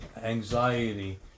anxiety